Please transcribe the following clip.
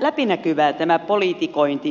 läpinäkyvää tämän politikoinnin yleensä